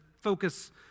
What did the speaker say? focus